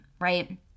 right